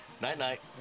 Night-night